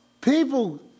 People